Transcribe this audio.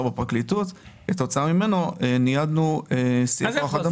בפרקליטות וכתוצאה ממנו ניידנו שיא כוח אדם.